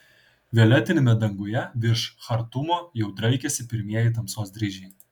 violetiniame danguje virš chartumo jau draikėsi pirmieji tamsos dryžiai